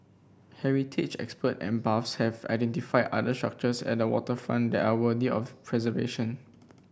heritage expert and buffs have identified other structures at the waterfront that are worthy of preservation